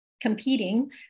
competing